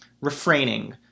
refraining